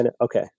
okay